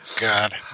God